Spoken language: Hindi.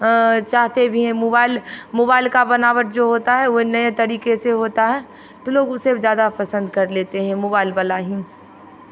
चाहते भी हैं मोबाइल मोबाइल का बनावट जो होता है वो नये तरीके से होता है तो लोग उसे ज़्यादा पसंद कर लेते हैं मोबाइल वाला ही